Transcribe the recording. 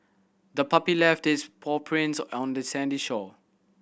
the puppy left its paw prints on the sandy shore